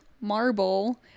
marble